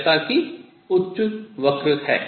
जैसा कि उच्च वक्र है